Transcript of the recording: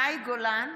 מאי גולן,